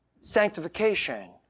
sanctification